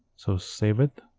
so save it,